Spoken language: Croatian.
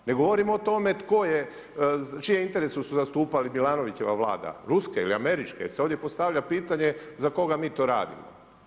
Ne govorimo o tome, tko je, čije interes su zastupali Milanovićeva Vlada, Ruske ili Američke, jel se ovdje postavlja pitanje, za koga mi to radimo?